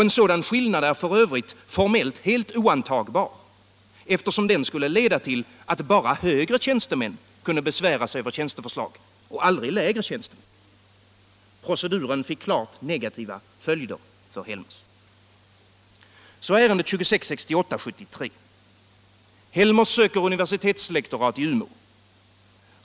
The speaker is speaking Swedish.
En sådan skillnad är f. ö. formellt helt oantagbar, eftersom den skulle leda till att bara högre tjänstemän kunde besvära sig över tjänsteförslag, aldrig lägre tjänstemän. Proceduren fick klart negativa följder för Helmers. Så ärendet 73:2668. Helmers söker universitetslektorat i Umeå.